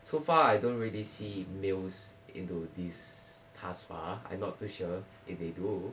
so far I don't really see males into this thus far I not too sure if they do